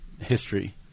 history